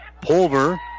Pulver